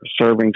serving